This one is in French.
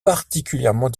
particulièrement